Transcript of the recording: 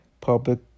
public